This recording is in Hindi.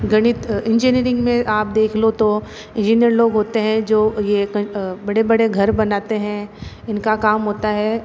गणित इंजीनियरिंग में आप देख लो तो इंजीनियर लोग होते हैं जो ये बड़े बड़े घर बनाते हैं इनका काम होता है